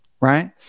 right